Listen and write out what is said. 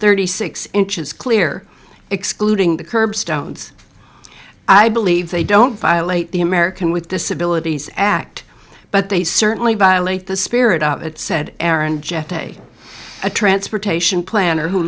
thirty six inches clear excluding the curb stones i believe they don't violate the american with disabilities act but they certainly violate the spirit of it said aaron jeff day a transportation planner who